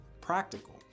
practical